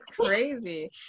crazy